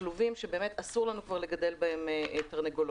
בכלובים שבאמת אסור לנו כבר לגדל בהם תרנגולות.